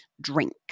drink